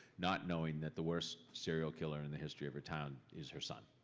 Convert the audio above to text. not knowing that the worst serial killer in the history of her town is her son,